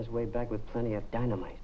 his way back with plenty of dynamite